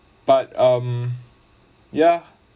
but um ya